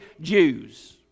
Jews